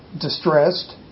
distressed